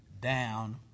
down